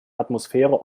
atmosphäre